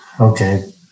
Okay